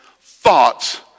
thoughts